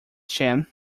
sham